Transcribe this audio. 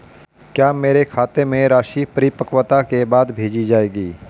क्या मेरे खाते में राशि परिपक्वता के बाद भेजी जाएगी?